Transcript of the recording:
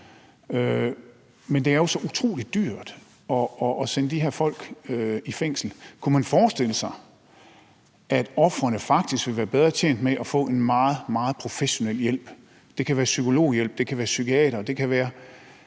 men det er så utrolig dyrt at sende de her folk i fængsel. Kunne man forestille sig, at ofrene faktisk ville være bedre tjent med at få en meget, meget professionel hjælp – det kan være psykologhjælp, det kan være psykiatere, og nogle